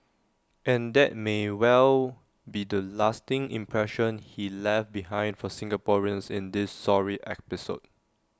and that may well be the lasting impression he left behind for Singaporeans in this sorry episode